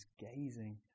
gazing